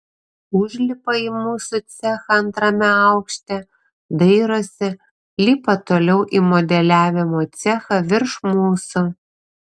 užlipa į mūsų cechą antrame aukšte dairosi lipa toliau į modeliavimo cechą virš mūsų